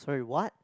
sorry what